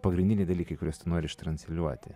pagrindiniai dalykai kuriuos nori ištransliuoti